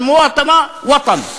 אל-מוואטנה, ווטן.